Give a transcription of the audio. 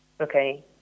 okay